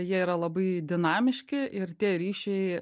jie yra labai dinamiški ir tie ryšiai